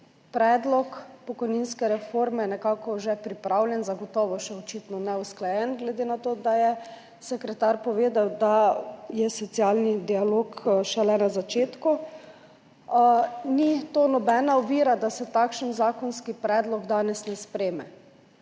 predlog pokojninske reforme nekako že pripravljen, zagotovo še očitno neusklajen, glede na to, da je sekretar povedal, da je socialni dialog šele na začetku, ni to nobena ovira, da se takšen zakonski predlog danes ne sprejme.